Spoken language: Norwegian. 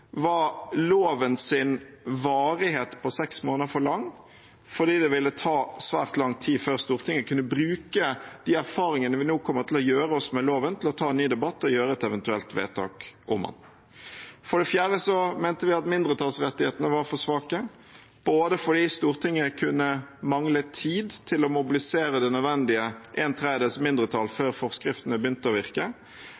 var lovens varighet på seks måneder for lang, fordi det ville ta svært lang tid før Stortinget kunne bruke de erfaringene vi nå kommer til å gjøre oss med loven, til å ta en ny debatt og gjøre et eventuelt vedtak om den. For det fjerde mente vi at mindretallsrettighetene var for svake, både fordi Stortinget kunne mangle tid til å mobilisere det nødvendige en tredjedels mindretall